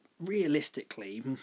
realistically